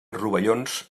rovellons